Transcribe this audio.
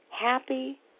happy